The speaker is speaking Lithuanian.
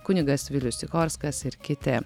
kunigas vilius sikorskas ir kiti